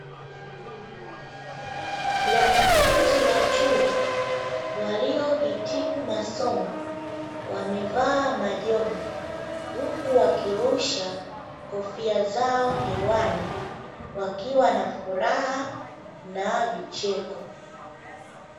Wanafunzi wa chuo waliohitimu masomo wamevaa majoho, huku wakirusha kofia zao hewani wakiwa na furaha na vicheko.